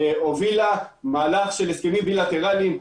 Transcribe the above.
הובילה מהלך של הסכמים בילטרליים.